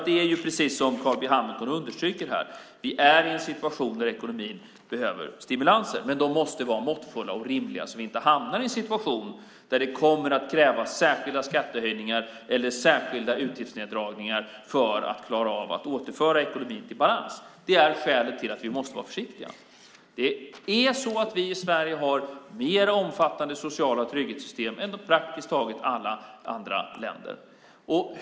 Det är precis som Carl B Hamilton understryker här: Vi är i en situation där ekonomin behöver stimulanser, men de måste vara måttfulla och rimliga, så att vi inte hamnar i en situation där det kommer att krävas särskilda skattehöjningar eller särskilda utgiftsneddragningar för att klara av att återföra ekonomin i balans. Det är skälet till att vi måste vara försiktiga. Det är så att vi i Sverige har mer omfattande sociala trygghetssystem än praktiskt taget alla andra länder.